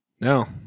No